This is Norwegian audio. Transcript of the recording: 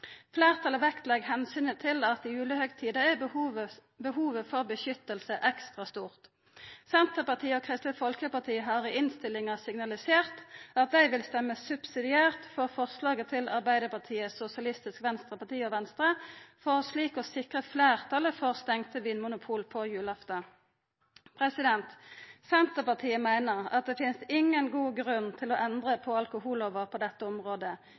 Fleirtalet legg vekt på omsynet til at i julehøgtida er behovet for vern ekstra stort. Senterpartiet og Kristeleg Folkeparti har i innstillinga signalisert at dei vil stemma subsidiært for forslaget til Arbeidarpartiet, Sosialistisk Venstreparti og Venstre for slik å sikra fleirtal for stengde vinmonopol på julaftan. Senterpartiet meiner det finst ingen god grunn for å endra på alkohollova på dette området.